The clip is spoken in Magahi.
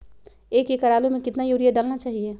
एक एकड़ आलु में कितना युरिया डालना चाहिए?